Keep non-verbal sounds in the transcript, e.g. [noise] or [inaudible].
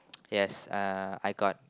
[noise] yes uh I got